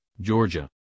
Georgia